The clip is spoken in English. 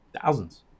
thousands